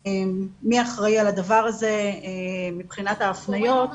מי אחראי על הדבר הזה מבחינת ההפניות --- הגורם המפנה.